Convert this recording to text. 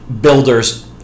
builders –